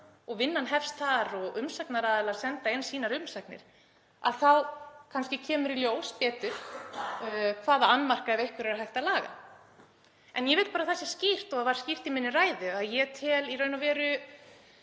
og vinnan hefst þar og umsagnaraðilar senda inn sínar umsagnir. Þá kannski kemur betur í ljós hvaða annmarka, ef einhverja, er hægt að laga. En ég vil bara að það sé skýrt, og það var skýrt í minni ræðu, að ég tel í raun og veru